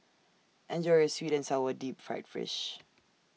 Enjoy your Sweet and Sour Deep Fried Fish